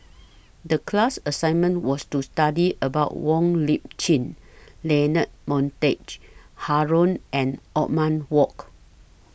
The class assignment was to study about Wong Lip Chin Leonard Montague Harrod and Othman Wok